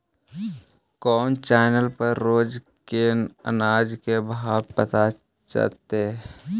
कोन चैनल पर रोज के अनाज के भाव पता चलतै?